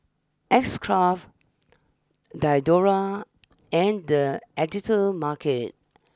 X Craft Diadora and the Editor's Market